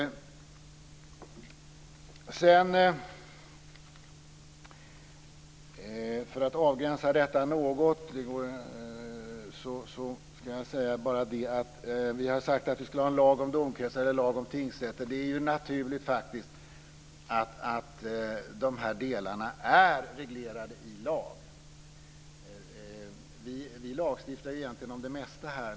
För att avgränsa detta något ska jag bara säga att vi har sagt av vi skulle ha en lag om domkretsar och en lag om tingsrätter. Det är faktiskt naturligt att de här delarna regleras i lag. Vi lagstiftar egentligen om det mesta här.